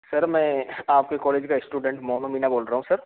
sir मैं आपके college का स्टूडेंट मोनू मीणा बोल रहा हूँ सर